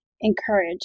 encourage